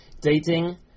Dating